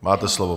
Máte slovo.